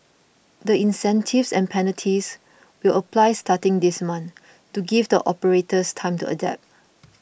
the incentives and penalties will apply starting this month to give the operators time to adapt